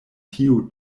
tiu